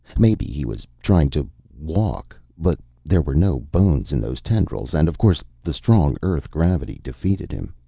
maybe he was trying to walk. but there were no bones in those tendrils and, of course, the strong earth gravity defeated him.